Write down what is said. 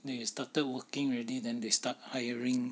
they started working already then they start hiring